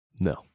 No